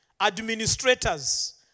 administrators